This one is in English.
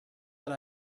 that